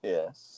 Yes